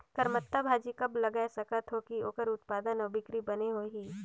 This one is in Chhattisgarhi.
करमत्ता भाजी कब लगाय सकत हो कि ओकर उत्पादन अउ बिक्री बने होही?